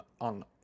on